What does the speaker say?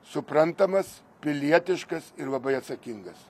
suprantamas pilietiškas ir labai atsakingas